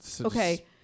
Okay